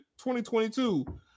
2022